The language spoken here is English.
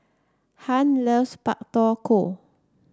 Hunt loves Pak Thong Ko